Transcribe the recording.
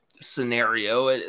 scenario